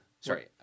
Sorry